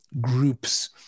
groups